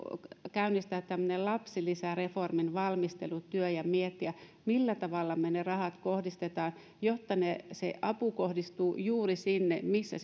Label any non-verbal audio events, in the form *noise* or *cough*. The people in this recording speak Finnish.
käynnistää tämmöinen lapsilisäreformin valmistelutyö ja miettiä millä tavalla me ne rahat kohdistamme jotta se apu kohdistuu juuri sinne missä *unintelligible*